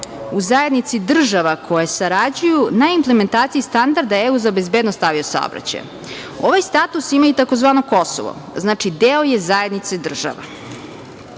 u zajednici država koje sarađuju na implementaciji standarda Agencije EU za bezbednost avio saobraćaja. Ovaj status ima i takozvano Kosovo. Znači, deo je zajednice država. Moja